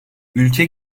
ülke